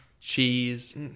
cheese